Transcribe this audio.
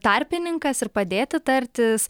tarpininkas ir padėti tartis